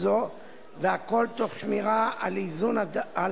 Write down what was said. מי שלא נרשם יירשם עכשיו,